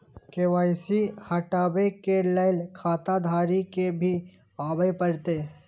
KYC हटाबै के लैल खाता धारी के भी आबे परतै?